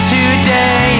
Today